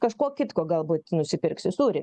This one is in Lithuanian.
kažko kitko galbūt nusipirksi sūrį